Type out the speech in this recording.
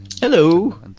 hello